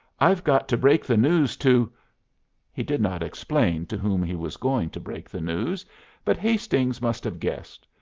i've got to break the news to he did not explain to whom he was going to break the news but hastings must have guessed,